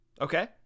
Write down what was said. Okay